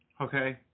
okay